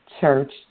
church